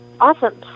Awesome